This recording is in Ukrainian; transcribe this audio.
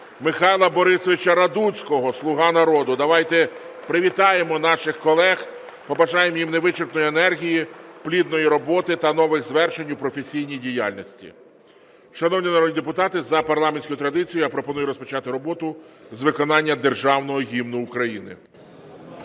Михайла Борисовича Радуцького, "Слуга народу". Давайте привітаємо наших колег, побажаємо їм невичерпної енергії, плідної роботи та нових звершень у професійній діяльності. (Оплески) Шановні народні депутати, за парламентською традицією я пропоную розпочати роботу з виконання Державного Гімну України.